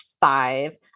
five